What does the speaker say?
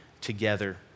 together